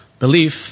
belief